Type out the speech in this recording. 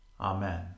Amen